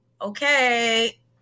okay